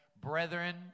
brethren